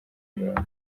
mirongo